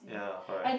ya correct